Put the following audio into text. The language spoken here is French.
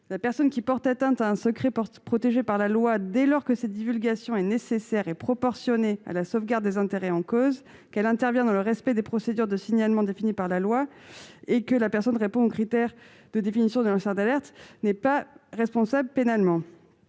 la personne qui porte atteinte à un secret protégé par la loi, dès lors que cette divulgation est nécessaire et proportionnée à la sauvegarde des intérêts en cause, qu'elle intervient dans le respect des procédures de signalement définies par la loi et que la personne répond aux critères de définition du lanceur d'alerte » n'est pas responsable pénalement.